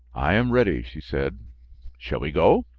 i am ready, she said shall we go?